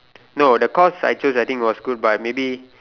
no the course I choose I think was good but maybe